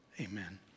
Amen